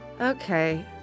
Okay